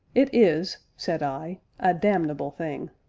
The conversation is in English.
it is, said i, a damnable thing!